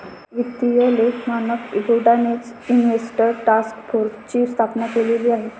वित्तीय लेख मानक बोर्डानेच इन्व्हेस्टर टास्क फोर्सची स्थापना केलेली आहे